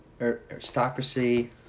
aristocracy